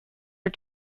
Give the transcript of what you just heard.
are